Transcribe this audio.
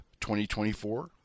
2024